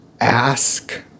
ask